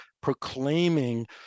proclaiming